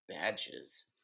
badges